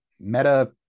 Meta